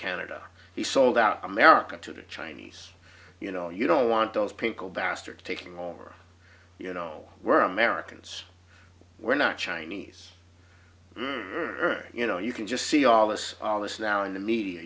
canada he sold out america to the chinese you know you don't want those pinko bastard taking over you know we're americans we're not chinese or you know you can just see all this all this now in the media